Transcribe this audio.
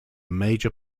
major